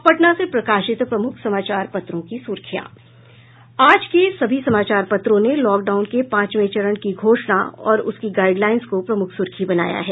अब पटना से प्रकाशित प्रमुख समाचार पत्रों की सुर्खियां आज के सभी समाचार पत्रों ने लॉकडाउन के पांचवे चरण की घोषण और उसकी गाईडलाइन को प्रमुख सूर्खी बनाया है